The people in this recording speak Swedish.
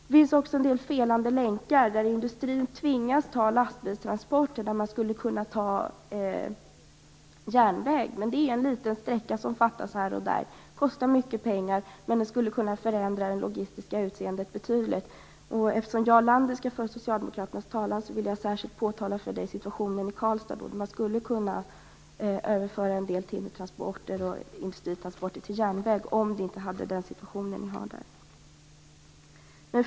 Det finns också en del felande länkar där industrin tvingas ta lastbilstransporten när man skulle kunna ta järnväg, men det fattas en liten sträcka här och där. Det kostar mycket pengar, men det skulle kunna förändra det logistiska utseendet betydligt. Eftersom Jarl Lander skall föra socialdemokraternas talan, vill jag särskilt påtala situationen i Karlstad för honom. Där skulle man kunna överföra en del timmertransporter och industritransporter till järnväg om inte situationen där var som den är.